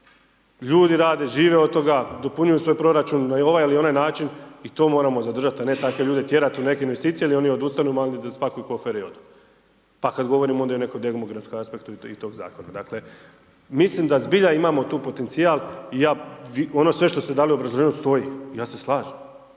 ljudi rade, žive od toga, dopunjuju svoj proračun na ovaj ili onaj način i to moramo zadržati, a ne takve ljude tjerati i neke investicije jer oni odustanu, spakuju kofere i odu. Pa kada govorimo onda i o nekom demografskom aspektu i toga zakona. Dakle mislim da zbilja imamo tu potencijal i ja ono sve što ste dali u obrazloženju stoji, ja se slažem